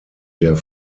der